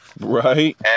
Right